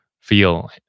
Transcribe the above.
feel